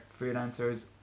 freelancers